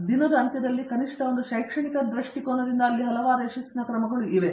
ಆದರೆ ದಿನದ ಅಂತ್ಯದಲ್ಲಿ ಕನಿಷ್ಠ ಒಂದು ಶೈಕ್ಷಣಿಕ ದೃಷ್ಟಿಕೋನದಿಂದ ಅಲ್ಲಿ ಹಲವಾರು ಯಶಸ್ಸಿನ ಕ್ರಮಗಳು ಇವೆ